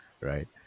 right